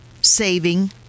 saving